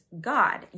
God